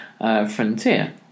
frontier